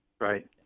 Right